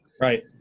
Right